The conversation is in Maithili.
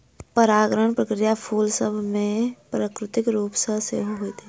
परागण प्रक्रिया फूल सभ मे प्राकृतिक रूप सॅ होइत अछि